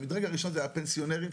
המדרג הראשון הפנסיונרים.